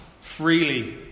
freely